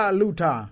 luta